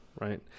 Right